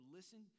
Listen